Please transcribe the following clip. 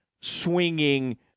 swinging